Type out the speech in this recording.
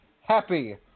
Happy